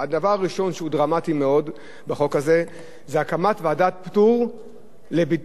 זה הקמת ועדת פטור לביטול ופטור מאגרות וחיובים של כיבוי אש,